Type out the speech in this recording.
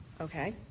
Okay